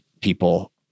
people